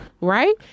right